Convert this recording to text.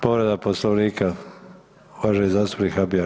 Povreda Poslovnika uvaženi zastupnik Habijan.